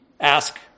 ask